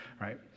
right